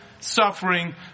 suffering